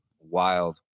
wild